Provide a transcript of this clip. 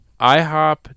ihop